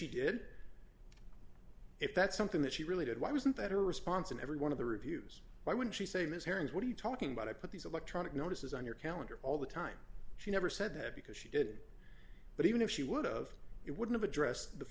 she did if that's something that she really did why wasn't that her response in every one of the reviews why would she say ms hearings what are you talking about i put these electronic notices on your calendar all the time she never said that because she did but even if she would of it wouldn't address the